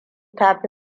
tafi